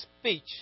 speech